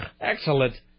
Excellent